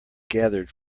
gathered